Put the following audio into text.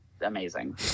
amazing